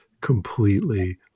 completely